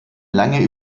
lange